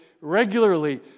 regularly